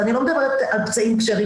ואני לא מדברת על פצעים קשיי ריפוי,